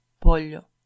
pollo